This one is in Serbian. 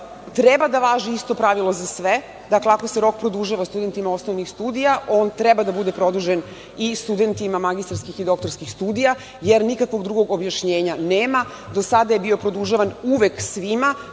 Treba da važi isto pravilo za sve. Dakle, ako se rok produžava studentima osnovnih studija, on treba da bude produžen i studentima magistarskih i doktorskih studija, jer nikakvog drugog objašnjenja nema. Do sada je bio produžavan uvek svima,